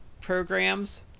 programs